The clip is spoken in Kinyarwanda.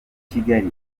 kigali